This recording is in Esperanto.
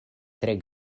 tre